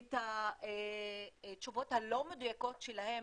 את התשובות הלא מדויקות שלהם